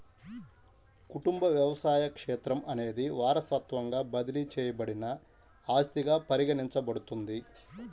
కుటుంబ వ్యవసాయ క్షేత్రం అనేది వారసత్వంగా బదిలీ చేయబడిన ఆస్తిగా పరిగణించబడుతుంది